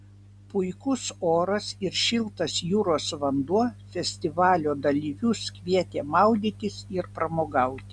puikus oras ir šiltas jūros vanduo festivalio dalyvius kvietė maudytis ir pramogauti